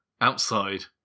outside